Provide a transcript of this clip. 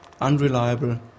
unreliable